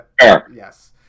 yes